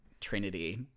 Trinity